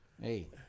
Hey